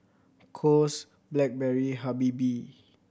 Kose Blackberry Habibie